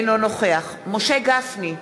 אינו נוכח משה גפני,